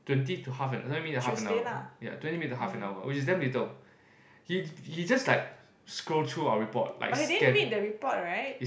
twenty to half an twenty minute to half an hour yeah twenty minute to half an hour which is damn little he he just like scroll through our report like scan